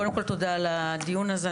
כבוד היושב-ראש, קודם כול, אתה יודע לדיון הזה.